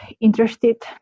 interested